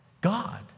God